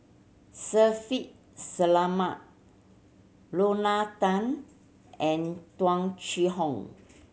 Shaffiq Selamat Lorna Tan and Tung Chye Hong